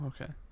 okay